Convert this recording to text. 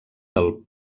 del